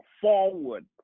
forward